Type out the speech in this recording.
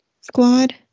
Squad